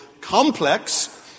complex